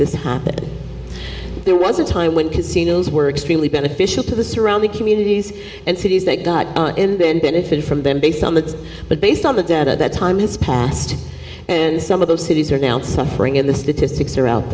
this happen there was a time when casinos were extremely beneficial to the surrounding communities and cities that got in then benefit from them based on the but based on the data that time has passed and some of those cities are now suffering in the statistics are out